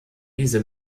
diese